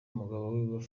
umugabo